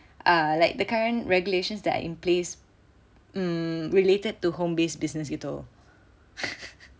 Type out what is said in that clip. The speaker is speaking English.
uh like the current regulations that are in place mm related to home based business begitu